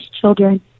children